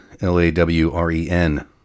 L-A-W-R-E-N